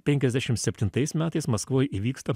penkiasdešimt septintais metais maskvoj įvyksta